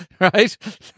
Right